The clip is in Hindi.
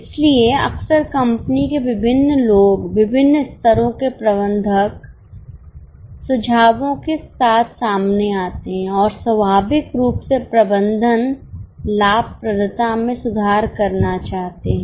इसलिए अक्सर कंपनी के विभिन्न लोग विभिन्न स्तरों के प्रबंधक सुझावों के साथ सामने आते हैं और स्वाभाविक रूप से प्रबंधन लाभप्रदता में सुधार करना चाहते हैं